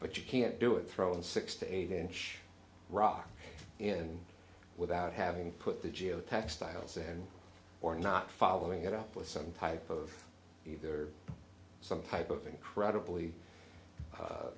but you can't do it throw in six to eight inch rock in without having put the geotextile sand or not following it up with some type of either some type of incredibly